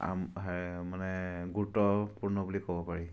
আম মানে গুৰুত্বপূৰ্ণ বুলি ক'ব পাৰি